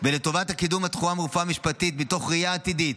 לטובת קידום תחום הרפואה המשפטית מתוך ראייה עתידית